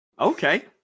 okay